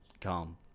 calm